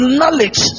knowledge